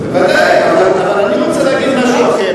ודאי, אבל אני רוצה להגיד משהו אחר.